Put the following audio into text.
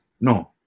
no